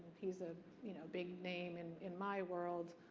he's a you know big name and in my world.